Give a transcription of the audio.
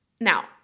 Now